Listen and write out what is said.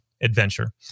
adventure